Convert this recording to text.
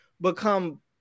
become